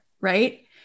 right